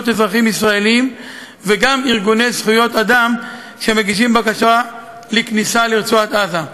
אזרחים ישראלים וגם ארגוני זכויות אדם שמגישים בקשה לכניסה לרצועת-עזה.